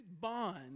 bond